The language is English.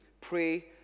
Pray